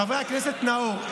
חבר הכנסת נאור,